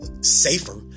safer